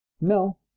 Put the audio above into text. No